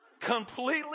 Completely